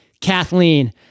Kathleen